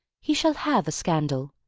he shall have a scandal.